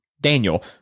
daniel